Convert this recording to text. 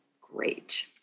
great